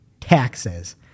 taxes